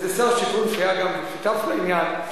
איזה שר שיכון שהיה גם שותף לעניין.